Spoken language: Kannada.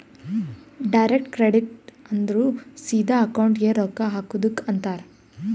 ಡೈರೆಕ್ಟ್ ಕ್ರೆಡಿಟ್ ಅಂದುರ್ ಸಿದಾ ಅಕೌಂಟ್ಗೆ ರೊಕ್ಕಾ ಹಾಕದುಕ್ ಅಂತಾರ್